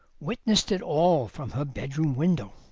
witnessed it all from her bedroom window.